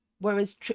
Whereas